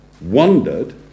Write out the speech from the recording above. wondered